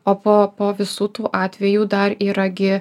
o po po visų tų atvejų dar yra gi